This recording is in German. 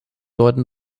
deuten